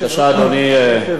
אדוני היושב-ראש,